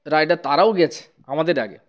rider তারাও গেছে আমাদের আগে